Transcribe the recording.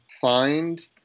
find